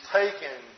taken